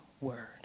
word